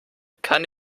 kann